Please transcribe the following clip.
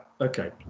Okay